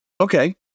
Okay